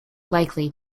likely